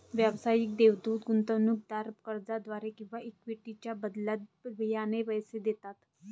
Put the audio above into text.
व्यावसायिक देवदूत गुंतवणूकदार कर्जाद्वारे किंवा इक्विटीच्या बदल्यात बियाणे पैसे देतात